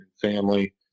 family